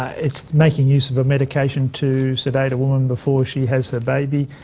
it's making use of a medication to sedate a woman before she has her baby.